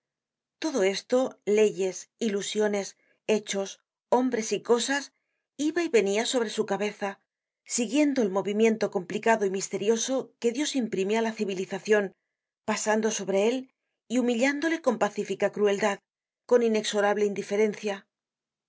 todo esto leyes ilusiones hechos hombres y cosas iba y venia sobre su cabeza siguiendo el movimiento complicado y misterioso que dios imprime á la civilizacion pasando sobre él y humillándole con pacífica crueldad con inexorable indiferencia los